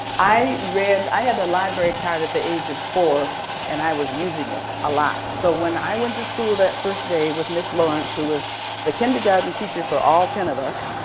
i read i had a library card at the age of four and i was using it a lot so when i went to school that first day with miss lawrence who was the kindergarten teacher for all ten of us,